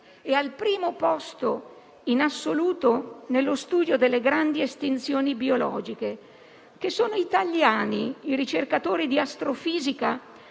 e al primo posto in assoluto nello studio delle grandi estinzioni biologiche; che sono italiani i ricercatori di astrofisica